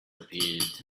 appeared